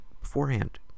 beforehand